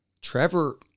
Trevor